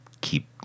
keep